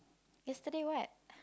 yesterday what